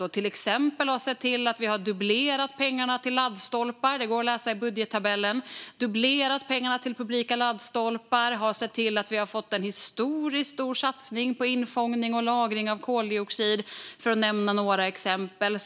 Vi har till exempel sett till att vi har dubblerat pengarna till publika laddstolpar - det går att läsa i budgettabellen - och att vi har fått en historiskt stor satsning på infångning och lagring av koldioxid, för att nämna några exempel.